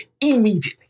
immediately